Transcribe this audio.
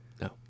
No